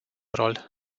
rol